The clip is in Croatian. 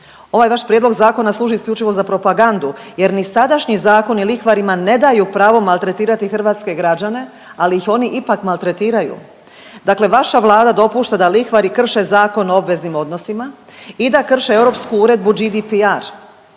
Ovaj vaš prijedlog zakona služi isključivo za propagandu jer ni sadašnji zakoni lihvarima ne daju pravo maltretirati hrvatske građane, ali ih oni ih ipak maltretiraju. Dakle, vaša Vlada dopušta da lihvari krše Zakon o obveznim odnosima i da krše Europsku uredbu GDPR.